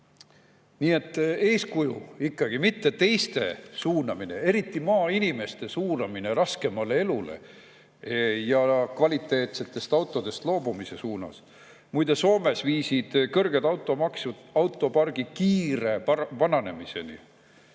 Nii et ikkagi eeskuju, mitte teiste, eriti maainimeste suunamine raskema elu poole ja kvaliteetsetest autodest loobumise suunas. Muide, Soomes viisid kõrged automaksud autopargi kiire vananemiseni.